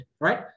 right